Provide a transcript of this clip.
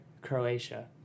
croatia